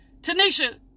Tanisha